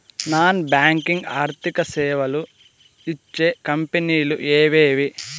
Non banking ఆర్థిక సేవలు ఇచ్చే కంపెని లు ఎవేవి?